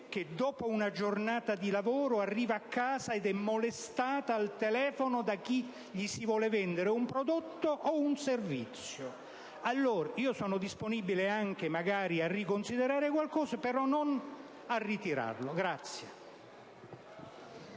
che, dopo una giornata di lavoro, arrivano a casa e sono molestate al telefono da chi vuole vendere un prodotto o un servizio. Io sono disponibile anche a riconsiderare qualcosa, ma non a ritirarlo.